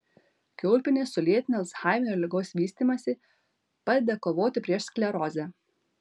kiaulpienės sulėtina alzhaimerio ligos vystymąsi padeda kovoti prieš sklerozę